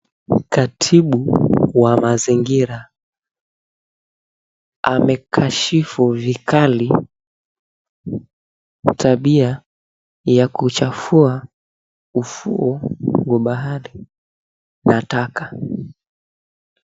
Katibu wa mazingira, amekashifu vikali, tabia ya kuchafua ufuo wa bahari na taka.